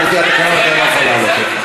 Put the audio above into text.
לפי התקנון אתה לא יכול לעלות עוד פעם.